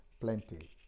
plenty